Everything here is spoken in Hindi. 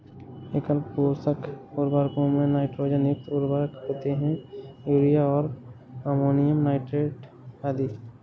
एकल पोषक उर्वरकों में नाइट्रोजन युक्त उर्वरक होते है, यूरिया और अमोनियम नाइट्रेट आदि